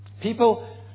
People